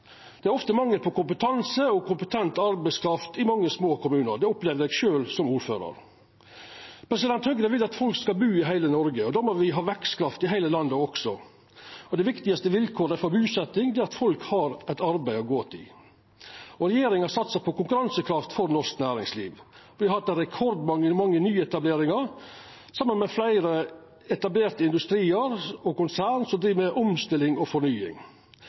Det er ofte mangel på kompetanse og kompetent arbeidskraft i mange små kommunar. Det opplevde eg sjølv som ordførar. Høgre vil at folk skal bu i heile Noreg, og då må me ha vekstkraft i heile landet også. Det viktigaste vilkåret for busetjing er at folk har eit arbeid å gå til. Regjeringa satsar på konkurransekraft for norsk næringsliv. Me har hatt rekordmange nyetableringar samtidig med at fleire etablerte industriar og konsern driv med omstilling og fornying.